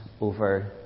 over